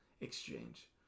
exchange